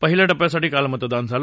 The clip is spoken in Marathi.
पहिल्या टप्प्यासाठी काल मतदान झालं